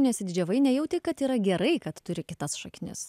nesididžiavai nejautei kad yra gerai kad turi kitas šaknis